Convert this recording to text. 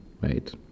right